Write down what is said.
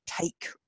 take